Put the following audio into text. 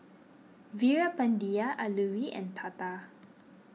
Veerapandiya Alluri and Tata